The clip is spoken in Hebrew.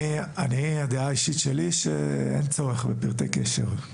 הדעה האישית שלי היא שאין צורך בפרטי קשר.